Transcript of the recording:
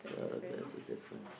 so that's a difference